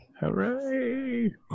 Hooray